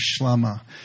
shlama